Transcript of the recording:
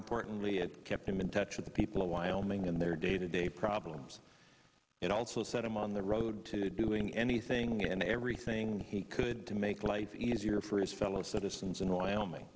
importantly it kept him in touch with the people of wyoming in their day to day problems it also set him on the road to doing anything and everything he could to make life easier for his fellow citizens in wyoming